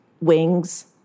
wings